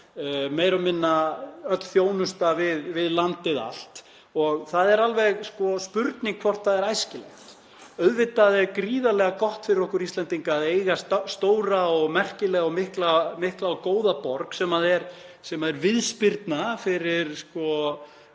meira og minna öll þjónusta við landið allt og það er alveg spurning hvort það er æskilegt. Auðvitað er gríðarlega gott fyrir okkur Íslendinga að eiga stóra og merkilega og mikla og góða borg sem er viðspyrna fyrir